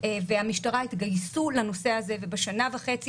והמשטרה התגייסו לנושא הזה ובשנה וחצי